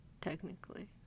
Technically